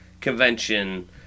convention